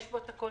יש בה את הכול.